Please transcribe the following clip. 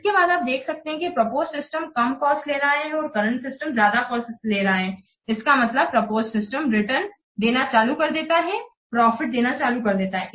इसके बाद आप देख सकते हैं कि प्रपोज सिस्टम कम कॉस्ट ले रहा है और करंट सिस्टम ज्यादा कॉस्ट ले रहा है जिसका मतलब प्रपोज सिस्टम रिटर्नदेना चालू कर देता है प्रॉफिट देना चालू कर देता है